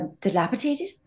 Dilapidated